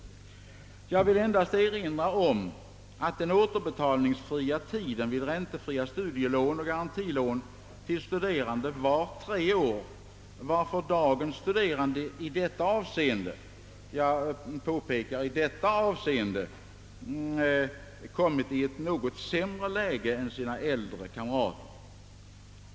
Jag vill endast erinra om att den återbetalningsfria tiden vid räntefria studielån och garantilån till studerande tidigare var tre år, varför dagens studerande i detta avseende har kommit i ett något sämre läge än sina äldre kamrater.